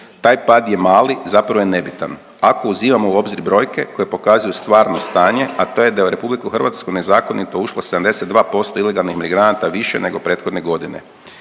Taj pad je mali, zapravo je nebitan. Ako uzimamo u obzir brojke koje pokazuju stvarno stanje, a to je da je u Republiku Hrvatsku nezakonito ušlo 72% ilegalnih migranata više nego prethodne godine.